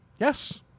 yes